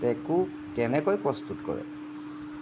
টেকো কেনেকৈ প্ৰস্তুত কৰে